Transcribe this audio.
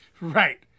right